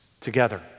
together